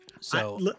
So-